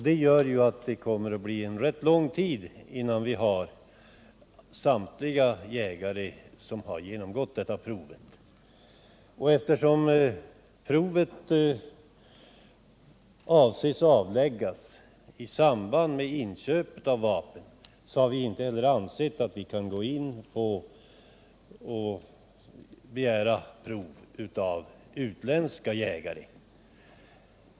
Det gör att det kommer att ta ganska lång tid innan samtliga jägare har genomgått detta prov. Eftersom provet avses avläggas i samband med inköp av vapen har vi inte heller ansett att man kan begära prov av utländska jägare.